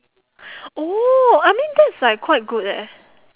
oo I mean that's like quite good eh